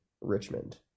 Richmond